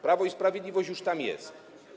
Prawo i Sprawiedliwość już tam jest.